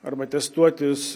arba testuotis